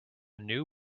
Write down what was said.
new